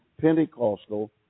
Pentecostal